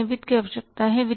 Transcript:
कितने वित्त की आवश्यकता है